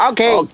Okay